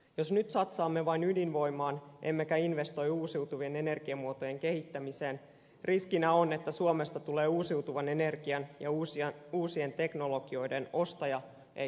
jos nyt satsaamme vain ydinvoimaan emmekä investoi uusiutuvien energiamuotojen kehittämiseen riskinä on että suomesta tulee uusiutuvan energian ja uusien teknologioiden ostaja eikä myyjä